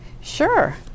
Sure